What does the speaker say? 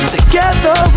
Together